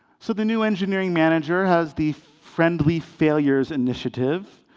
so the new engineering manager has the friendly failures initiative,